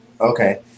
Okay